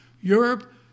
Europe